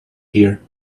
here